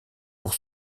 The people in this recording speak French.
pour